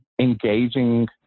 engaging